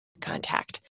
contact